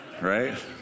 right